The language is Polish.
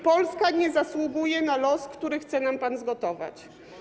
Polska nie zasługuje na los, który chce nam pan zgotować.